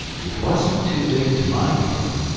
it wasn't too big to mind him.